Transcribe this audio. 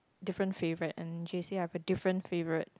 different favourite and J_C I have a different favourite